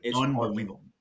unbelievable